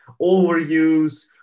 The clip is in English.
overuse